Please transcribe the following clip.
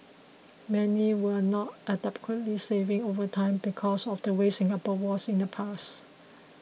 many were not adequately saving over time because of the way Singapore was in the past